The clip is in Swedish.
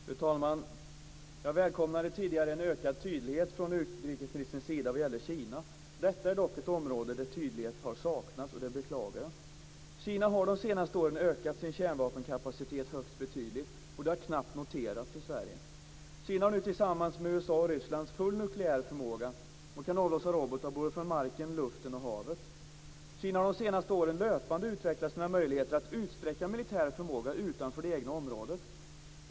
Fru talman! Jag välkomnade tidigare en ökad tydlighet från utrikesministern när det gällde Kina. Detta är dock ett område där tydlighet har saknats, och det beklagar jag. Kina har under de senaste åren ökat sin kärnvapenkapacitet högst betydligt, och det har knappt noterats i Sverige. Kina har nu tillsammans med USA och Ryssland full nukleär förmåga och kan avlossa robotar från marken, luften och havet. Kina har under de senaste åren löpande utvecklat sina möjligheter att utsträcka militär förmåga utanför det egna området.